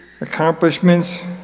accomplishments